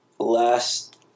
last